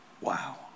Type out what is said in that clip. Wow